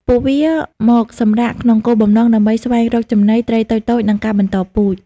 ពួកវាមកសម្រាក ក្នុងគោលបំណងដើម្បីស្វែងរកចំណី ត្រីតូចៗ និងការបន្តពូជ។